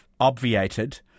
obviated